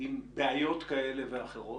עם בעיות כאלה ואחרות,